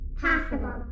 Possible